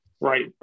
right